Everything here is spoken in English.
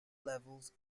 levels